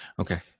Okay